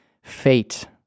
fate